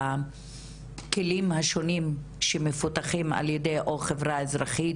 בכלים השונים שמפותחים על ידי או החברה האזרחית,